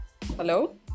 hello